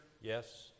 Yes